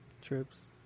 trips